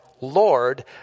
Lord